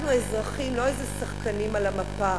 אנחנו אזרחים, לא איזה שחקנים על המפה.